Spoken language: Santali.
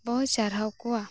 ᱵᱚ ᱪᱟᱨᱦᱟᱣ ᱠᱚᱣᱟ